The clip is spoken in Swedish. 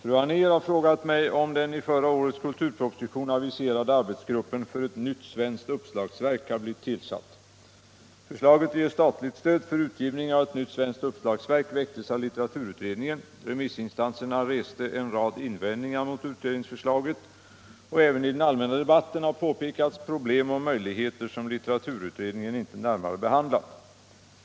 fru Anérs den 31 mars anmälda fråga, 1975/76:299, och anförde: Om tillsättningen av Herr talman! Fru Anér har frågat mig om den i förra årets kultur = arbetsgrupp för ett har blivit tillsatt. uppslagsverk Förslaget att ge statligt stöd för utgivningen av ett nytt svenskt upp slagsverk väcktes av litteraturutredningen. Remissinstanserna reste en rad invändningar mot utredningsförslaget, och även i den allmänna de batten har påpekats problem och möjligheter som litteraturutredningen inte närmare behandlat.